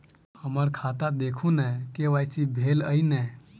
हम्मर खाता देखू नै के.वाई.सी भेल अई नै?